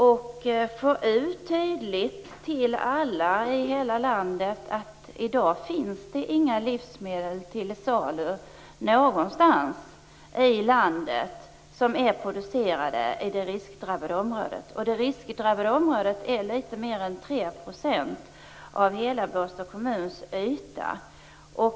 Det är viktigt att tydligt föra ut till alla i hela landet att det i dag inte finns några livsmedel till salu någonstans i landet som är producerade i det drabbade området. Det drabbade området är litet mer än 3 % av hela Båstads kommuns yta.